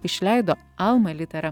išleido alma litera